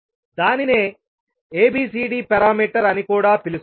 దానినే ABCD parameter అని కూడా పిలుస్తారు